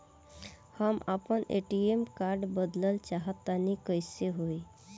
हम आपन ATM card बदलल चाह तनि कइसे होई?